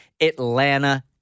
Atlanta